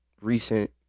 recent